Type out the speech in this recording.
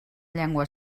llengua